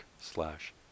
slash